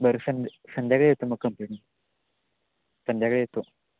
बरं संद्या संध्याकाळी येतो मग कंप्लेट संध्याकाळी येतो